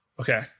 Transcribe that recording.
Okay